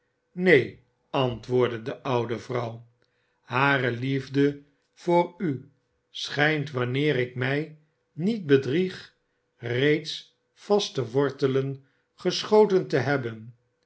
neen antwoordde de oude dame hare liefde voor u schijnt wanneer ik mij niet bedrieg reeds vaste wortelen geschoten te hebben